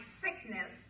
sickness